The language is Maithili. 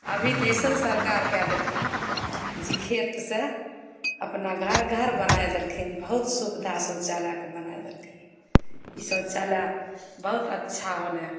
अभी तऽ अइसन सरकार कै देलखिन जे खेतसे अपना घर घर बनै देलखिन बहुत सुविधा शौचालयके बनै देलखिन ई शौचालय बहुत अच्छा होलै हँ